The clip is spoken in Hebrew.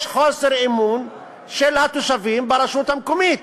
יש חוסר אמון של התושבים ברשות המקומית,